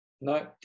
no